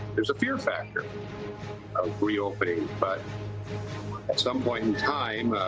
there is a fear factor of reopening, but at some point in time